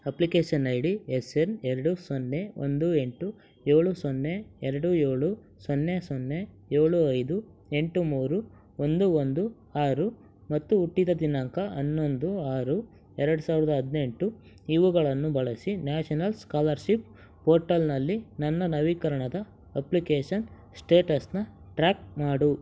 application ID S N ಎರಡು ಸೊನ್ನೆ ಒಂದು ಎಂಟು ಏಳು ಸೊನ್ನೆ ಎರಡು ಏಳು ಸೊನ್ನೆ ಸೊನ್ನೆ ಏಳು ಐದು ಎಂಟು ಮೂರು ಒಂದು ಒಂದು ಆರು ಮತ್ತು ಹುಟ್ಟಿದ ದಿನಾಂಕ ಹನ್ನೊಂದು ಆರು ಎರಡು ಸಾವಿರದ ಹದಿನೆಂಟು ಇವುಗಳನ್ನು ಬಳಸಿ ನ್ಯಾಷನಲ್ ಸ್ಕಾಲರ್ಶಿಪ್ ಪೋರ್ಟಲ್ನಲ್ಲಿ ನನ್ನ ನವೀಕರಣದ ಅಪ್ಲಿಕೇಶನ್ ಶ್ಟೇಟಸನ್ನ ಟ್ರ್ಯಾಕ್ ಮಾಡು